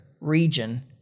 region